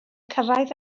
cyrraedd